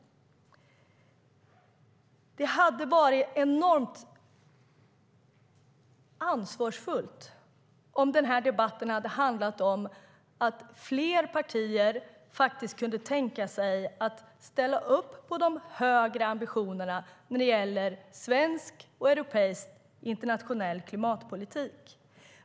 Det skulle ha varit enormt ansvarsfullt om debatten hade handlat om att fler partier kunde tänka sig att ställa upp på de högre ambitionerna när det gäller svensk och europeisk internationell klimatpolitik.